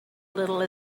little